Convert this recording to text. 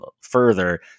further